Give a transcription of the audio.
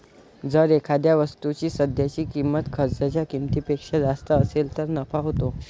जर एखाद्या वस्तूची सध्याची किंमत खर्चाच्या किमतीपेक्षा जास्त असेल तर नफा होतो